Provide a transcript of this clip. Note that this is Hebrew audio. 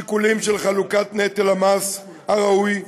שיקולים של חלוקת נטל המס הראוי,